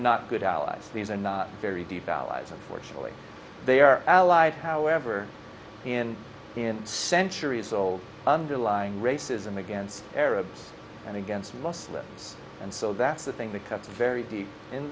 not good allies these are not very deep allies unfortunately they are allied however in in centuries old underlying racism against arabs and against muslims and so that's the thing that cuts very deep in